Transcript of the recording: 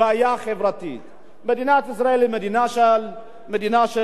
מדינת ישראל היא מדינה שקולטת עלייה,